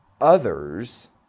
others